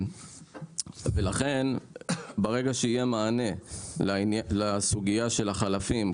ברגע שיהיה מענה לסוגיה של החלפים,